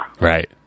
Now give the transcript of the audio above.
Right